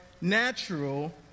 natural